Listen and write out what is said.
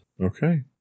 Okay